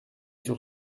sur